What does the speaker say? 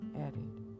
added